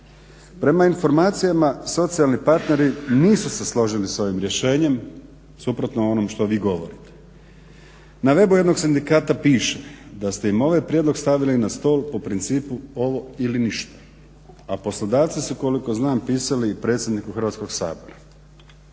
Prema informacijama socijalni partneri nisu se složili s ovim rješenjem suprotno onom što vi govorite. Na webu jednog sindikata piše da ste im ovaj prijedlog stavili na stol po principu ovo ili ništa, a poslodavci su koliko znam pisali i predsjedniku Hrvatskog sabora.